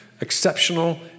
Exceptional